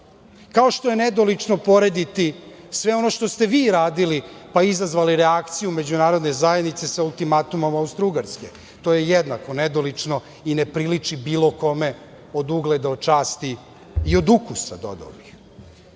Kao što je nedolično porediti sve ono što ste vi radili pa, izazvali reakciju međunarodne zajednice sa ultimatumom Austrougarske, to je jednako nedolično i ne priliči bilo kome od ugleda, od časti i od ukusa, dodao